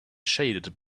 shaded